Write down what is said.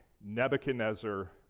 nebuchadnezzar